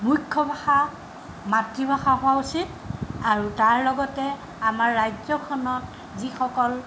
মূখ্য় মাতৃভাষা হোৱা উচিত আৰু তাৰ লগতে আমাৰ ৰাজ্যখনত যিসকল